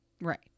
Right